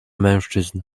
mężczyzn